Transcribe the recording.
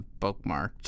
bookmarked